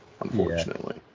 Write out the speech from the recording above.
unfortunately